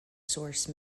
source